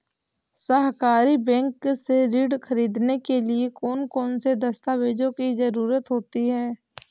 सहकारी बैंक से ऋण ख़रीदने के लिए कौन कौन से दस्तावेजों की ज़रुरत होती है?